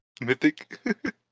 Mythic